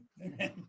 Amen